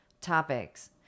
topics